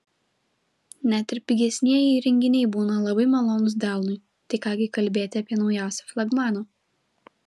net ir pigesnieji įrenginiai būna labai malonūs delnui tai ką gi kalbėti apie naujausią flagmaną